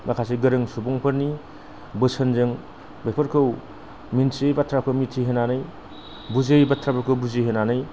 माखासे गोरों सुबुंफोरनि बोसोनजों बेफोरखौ मिन्थियै बाथ्राखौ मिन्थिहोनानै बुजियै बाथ्राफोरखौ बुजिहोनानै